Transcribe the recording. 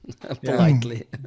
Politely